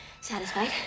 satisfied